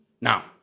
Now